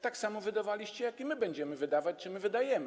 Tak samo wydawaliście, jak i my będziemy wydawać czy wydajemy.